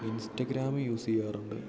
Instagram use ചെയ്യാറുണ്ട്